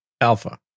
Alpha